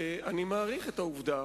אני מעריך את העובדה